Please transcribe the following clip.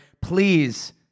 please